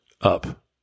up